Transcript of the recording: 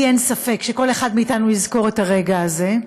אין ספק שכל אחד מאתנו יזכור את הרגע הזה.